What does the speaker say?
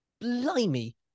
blimey